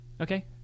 Okay